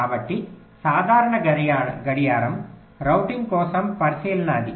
కాబట్టి సాధారణ గడియారం రౌటింగ్ కోసం పరిశీలన అది